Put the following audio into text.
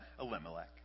Elimelech